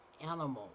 animals